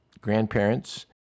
grandparents